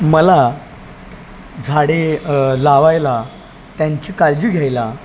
मला झाडे लावायला त्यांची काळजी घ्यायला